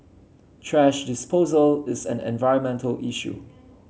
thrash disposal is an environmental issue